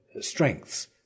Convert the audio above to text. strengths